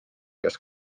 kes